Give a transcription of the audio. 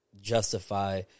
justify